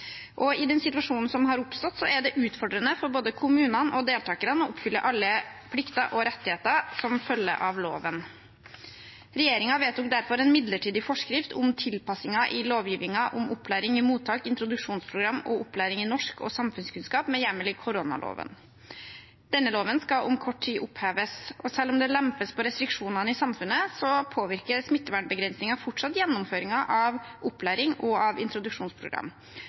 I den situasjonen som har oppstått, er det utfordrende for både kommunene og deltakerne å oppfylle alle plikter og rettigheter som følger av loven. Regjeringen vedtok derfor en midlertidig forskrift om tilpasninger i lovgivningen om opplæringen i mottak, introduksjonsprogram og opplæring i norsk og samfunnskunnskap med hjemmel i koronaloven. Denne loven skal om kort tid oppheves, og selv om det lempes på restriksjonene i samfunnet, påvirker smittevernbegrensninger fortsatt gjennomføringen av opplæring og av introduksjonsprogram.